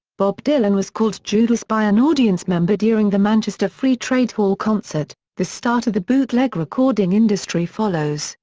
bob dylan was called judas by an audience member during the manchester free trade hall concert, the start of the bootleg recording industry follows,